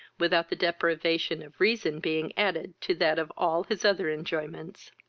without the deprivation of reason being added to that of all his other enjoyments.